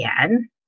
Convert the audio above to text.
again